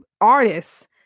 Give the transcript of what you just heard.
artists